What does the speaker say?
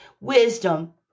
wisdom